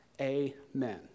amen